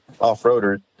off-roaders